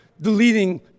deleting